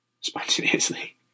Spontaneously